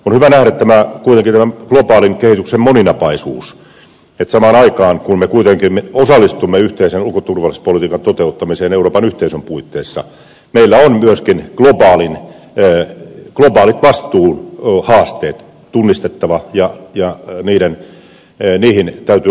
on hyvä kuitenkin nähdä globaalin kehityksen moninapaisuus että samaan aikaan kun me kuitenkin osallistumme yhteisen ulko ja turvallisuuspolitiikan toteuttamiseen euroopan yhteisön puitteissa meidän on myöskin globaalit vastuun haasteet tunnistettava ja niihin täytyy olla myöskin vastauksia olemassa